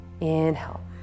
Inhale